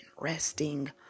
resting